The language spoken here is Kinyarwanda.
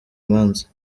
imanza